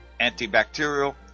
antibacterial